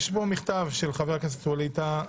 של חבר הכנסת ווליד טאהא,